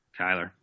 Kyler